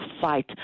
fight